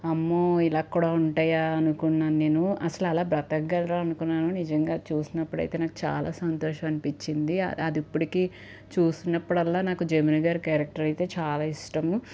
అమ్మో ఇలా కూడా ఉంటాయా అనుకున్నాను నేను అసలు అలా బ్రతకగలరా అనుకున్నాను నిజంగా చూసినప్పుడైతే నాకు చాలా సంతోషం అనిపించింది అది ఇప్పటికీ చూసినప్పుడల్లా నాకు జమున గారు క్యారెక్టర్ అయితే చాలా ఇష్టము